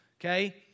Okay